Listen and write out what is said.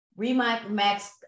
REMAX